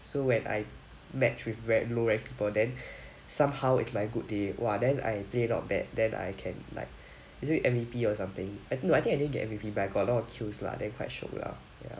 so when I match with very low rank people then somehow it's my good day !wah! then I play not bad then I can like easily M_V_P or something no I think I never M_V_P but I got a lot of kills lah then quite shiok lah ya